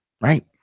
right